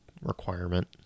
requirement